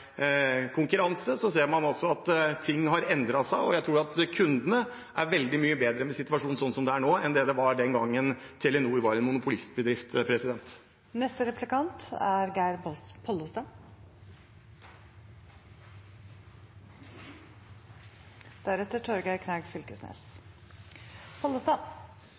konkurranse. Man ser at ting har endret seg, og jeg tror at kundene har det veldig mye bedre med situasjonen slik den er nå, enn slik det var den gangen da Telenor var en monopolistbedrift. Eg er